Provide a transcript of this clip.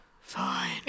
fine